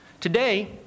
Today